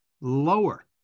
lower